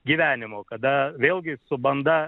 gyvenimo kada vėlgi su banda